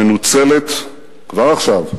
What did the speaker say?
מנוצלת כבר עכשיו,